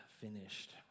finished